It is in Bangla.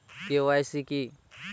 কে.ওয়াই.সি কি?